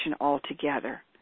altogether